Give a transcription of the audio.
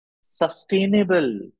sustainable